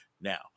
Now